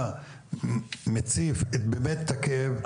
אתה מציף באמת את הכאב,